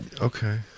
Okay